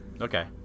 Okay